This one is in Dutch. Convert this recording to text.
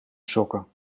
sokken